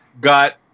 got